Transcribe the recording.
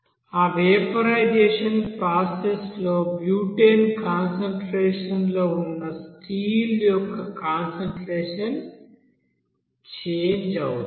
ఆ vaporisation process లో butane concentration లో ఉన్న స్టీల్ యొక్క కాన్సంట్రేషన్ చేంజ్ అవుతుంది